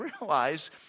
realize